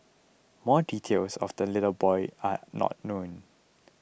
more details of the little boy are not known